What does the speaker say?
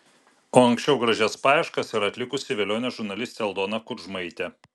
o anksčiau gražias paieškas yra atlikusi velionė žurnalistė aldona kudžmaitė